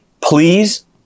Please